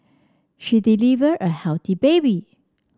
she delivered a healthy baby